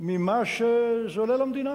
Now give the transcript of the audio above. ממה שזה עולה למדינה.